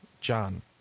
John